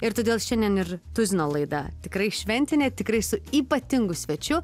ir todėl šiandien ir tuzino laida tikrai šventinė tikrai su ypatingu svečiu